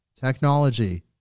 technology